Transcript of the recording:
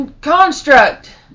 Construct